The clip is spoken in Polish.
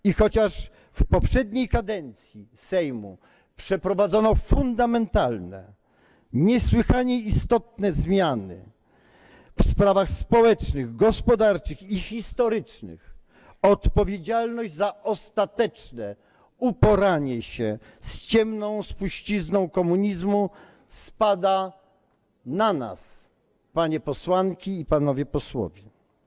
I chociaż w poprzedniej kadencji Sejmu przeprowadzono fundamentalne, niesłychanie istotne zmiany w sprawach społecznych, gospodarczych i historycznych, odpowiedzialność za ostateczne uporanie się z ciemną spuścizną komunizmu spada na nas, panie posłanki i panowie posłowie.